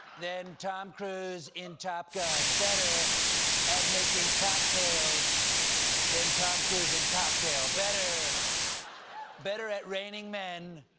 than tom cruise in top gun better at making cocktails than tom cruise in cocktail. better better at raining men